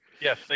Yes